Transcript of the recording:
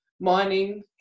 mining